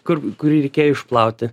kur kurį reikėjo išplauti